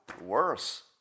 worse